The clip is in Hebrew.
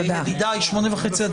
תודה רבה, הישיבה נעולה.